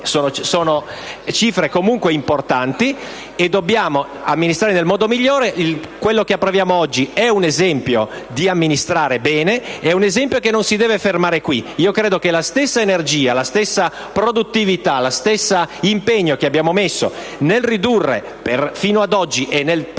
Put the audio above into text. Sono cifre comunque importanti e dobbiamo amministrarle nel modo migliore, e quello che approviamo oggi è un esempio di amministrare bene, un esempio che non si deve fermare qui. Io credo che la stessa energia, la stessa produttività, lo stesso impegno che abbiamo messo nel ridurre fino ad oggi, e nel prossimo